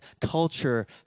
Culture